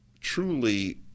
truly